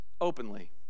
openly